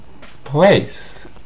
Place